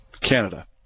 Canada